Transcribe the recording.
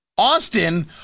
Austin